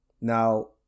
now